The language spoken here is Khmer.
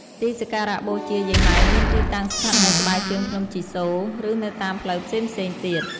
ទីសក្ការៈបូជាយាយម៉ៅមានទីតាំងស្ថិតនៅក្បែរជើងភ្នំជីសូរ ឬនៅតាមផ្លូវផ្សេងៗទៀត។